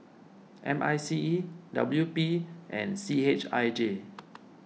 M I C E W P and C H I J